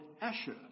Asher